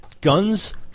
guns